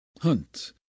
Hunt